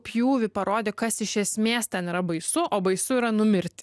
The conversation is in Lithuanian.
pjūvį parodė kas iš esmės ten yra baisu o baisu yra numirti